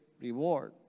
reward